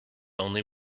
only